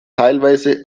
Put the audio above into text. teilweise